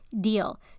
deal